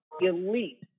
elite